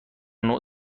نوع